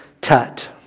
Tut